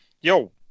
yo